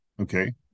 Okay